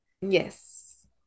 Yes